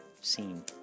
scene